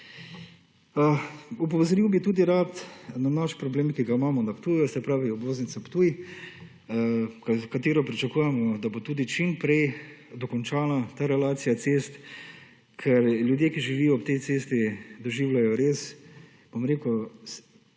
Opozoril bi tudi rad na naš problem, ki ga imamo na Ptuju, se pravi, obvoznica Ptuj, katero pričakujemo da bo tudi čim prej dokončana ta relacija cest, ker ljudje, ki živijo ob tej cesti doživljajo res ekstrem